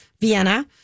Vienna